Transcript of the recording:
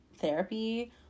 therapy